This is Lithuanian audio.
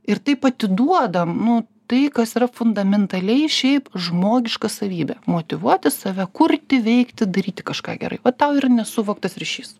ir taip atiduoda nu tai kas yra fundamentaliai šiaip žmogiška savybė motyvuoti save kurti veikti daryti kažką gerai va tau ir nesuvoktas ryšys